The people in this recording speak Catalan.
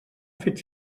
fet